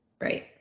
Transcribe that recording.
right